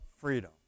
freedom